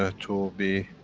ah to be